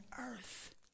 earth